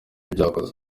byakoze